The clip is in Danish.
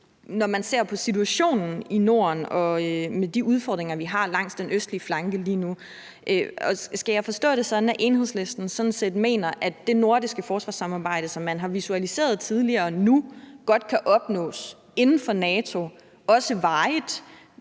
Når man ser på situationen i Norden med de udfordringer, vi har langs den østlige flanke lige nu, skal jeg så forstå det sådan, at Enhedslisten sådan set mener, at det nordiske forsvarssamarbejde, som man har visualiseret tidligere, nu godt kan opnås inden for NATO, også varigt,